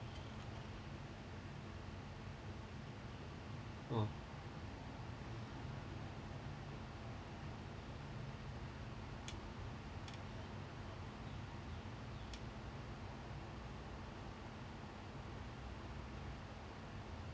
oh